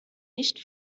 nicht